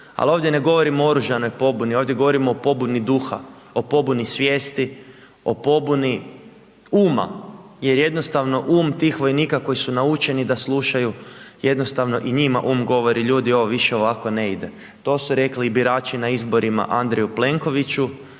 al ovdje ne govorimo o oružanoj pobuni, ovdje govorimo o pobuni duha, o pobuni svijesti, o pobuni uma jer jednostavno um tih vojnika koji su naučeni da slušaju, jednostavno i njima um govori „ljudi ovo više ovako ne ide“, to su rekli i birači na izborima Andreju Plenkoviću,